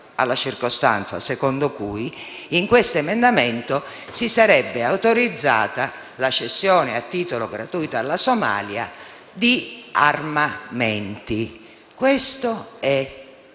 alla circostanza secondo cui in questo emendamento si sarebbe autorizzata la cessione a titolo gratuito alla Somalia di armamenti. Questo è falso.